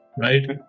Right